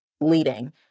leading